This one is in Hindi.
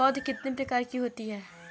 पौध कितने प्रकार की होती हैं?